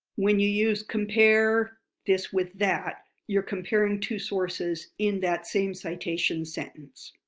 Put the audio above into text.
when you use compare this with that, you're comparing two sources in that same citation sentence.